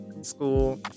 school